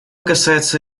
касается